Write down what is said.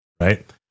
right